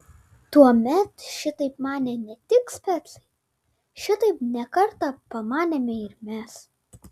tuomet šitaip manė ne tik specai šitaip ne kartą pamanėme ir mes